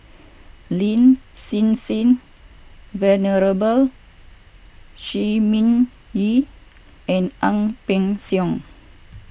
Lin Hsin Hsin Venerable Shi Ming Yi and Ang Peng Siong